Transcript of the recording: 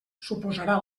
suposarà